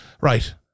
Right